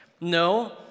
No